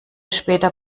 später